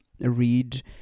read